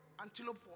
antelope